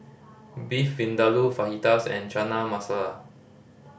Beef Vindaloo Fajitas and Chana Masala